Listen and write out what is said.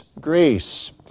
grace